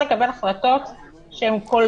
השרים יחליטו?